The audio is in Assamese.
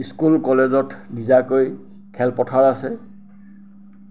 স্কুল কলেজত নিজাকৈ খেলপথাৰ আছে